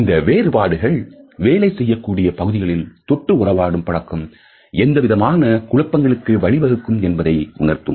இந்த வேறுபாடுகள் வேலை செய்யக்கூடிய பகுதிகளில் தொட்டு உறவாடும் பழக்கம் எந்தவிதமான குழப்பங்களுக்கு வழி வகுக்கும் என்பதை உணர்த்தும்